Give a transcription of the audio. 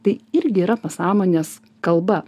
tai irgi yra pasąmonės kalba